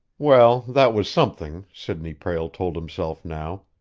well, that was something, sidney prale told himself now.